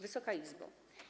Wysoka Izbo!